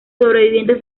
sobrevivientes